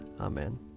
Amen